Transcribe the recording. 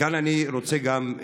אני רוצה גם,